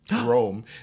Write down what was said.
Rome